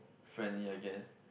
friendly I guess